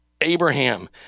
Abraham